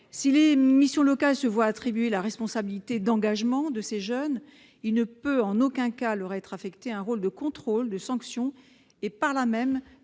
Si les missions locales se voient attribuer la responsabilité d'engagement de ces jeunes, il ne peut en aucun cas leur être assigné un rôle de contrôle ou de sanction. Il ne